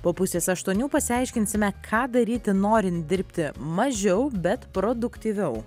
po pusės aštuonių pasiaiškinsime ką daryti norint dirbti mažiau bet produktyviau